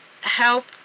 help